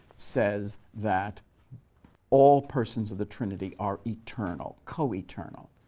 says that all persons of the trinity are eternal, co-eternal.